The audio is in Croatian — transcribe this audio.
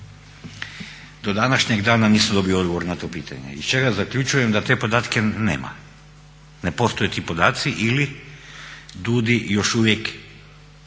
Do današnjeg dana nisam dobio odgovor na to pitanje iz čega zaključujem da te podatke nema, ne postoje ti podaci ili DUDI još uvijek